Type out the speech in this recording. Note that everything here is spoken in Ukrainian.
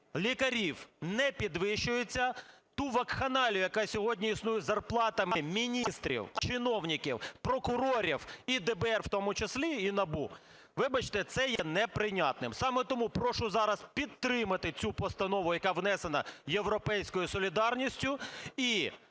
лікарів не підвищуються, ту вакханалію, яка сьогодні існує сьогодні з зарплатами міністрів, чиновників, прокурорів і ДБР в тому числі, і НАБУ, вибачте, це є неприйнятним. Саме тому прошу зараз підтримати цю постанову, яка внесена "Європейською солідарністю",